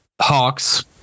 Hawks